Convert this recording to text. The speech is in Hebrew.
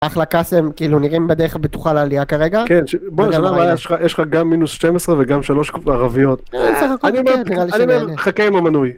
אחלה קאסם כאילו נראים בדרך הבטוחה לעלייה כרגע, יש לך גם מינוס 12וגם שלוש ערביות, אני אומר חכה עם המנוי